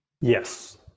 Yes